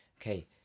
Okay